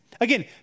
Again